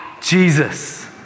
Jesus